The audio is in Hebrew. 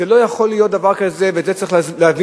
לא יכול להיות דבר כזה, ואת זה צריך להבין.